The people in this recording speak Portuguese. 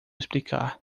explicar